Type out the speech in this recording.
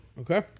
Okay